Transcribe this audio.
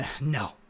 No